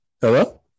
Hello